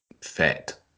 fat